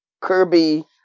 Kirby